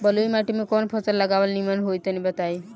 बलुई माटी में कउन फल लगावल निमन होई तनि बताई?